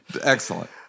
Excellent